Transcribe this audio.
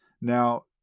Now